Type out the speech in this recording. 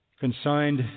consigned